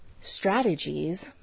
strategies